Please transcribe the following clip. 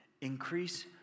increase